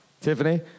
Tiffany